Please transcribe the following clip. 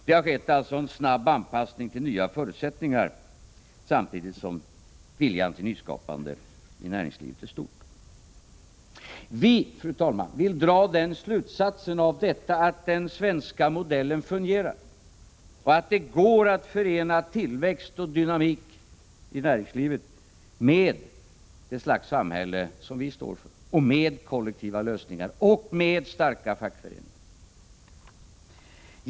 Det har alltså skett en snabb anpassning till nya förutsättningar samtidigt som viljan till nyskapande i näringslivet är stor. Fru talman! Vi vill dra den slutsatsen av detta att den svenska modellen fungerar och att det går att förena tillväxt och dynamik i näringslivet med det slags samhälle som vi står för, med kollektiva lösningar och med starka fackföreningar.